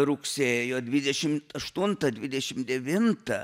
rugsėjo dvidešimt aštuntą dvidešimt devintą